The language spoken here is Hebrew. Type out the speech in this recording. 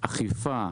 אכיפה,